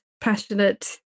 passionate